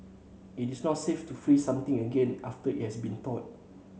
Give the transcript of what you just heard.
it is not safe to freeze something again after it has been thawed